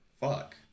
fuck